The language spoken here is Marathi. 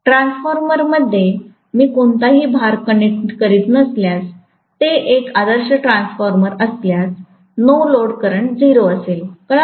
ट्रान्सफॉर्मरमध्ये मी कोणताही भार कनेक्ट करीत नसल्यास ते एक आदर्श ट्रान्सफॉर्मर असल्यास नो लोड करंट 0 असेल कळाले